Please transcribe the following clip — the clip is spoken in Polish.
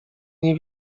nie